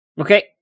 Okay